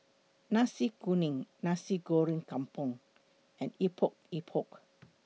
Nasi Kuning Nasi Goreng Kampung and Epok Epok